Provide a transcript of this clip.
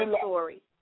story